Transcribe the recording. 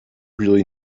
really